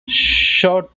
short